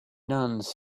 nuns